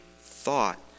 thought